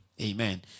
Amen